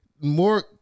more